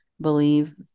believe